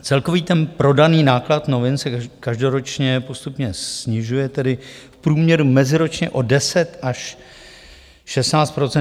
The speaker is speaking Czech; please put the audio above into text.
Celkový prodaný náklad novin se každoročně postupně snižuje, tedy v průměru meziročně o 10 až 16 %.